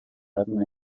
happen